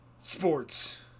sports